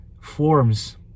forms